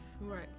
Right